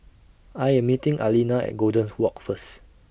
I Am meeting Aleena At Golden's Walk First